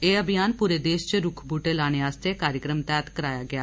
एह अभियान पूरे देश च रुक्ख बूहटे लाने आस्तै कार्यक्रम तैहत कराया गेया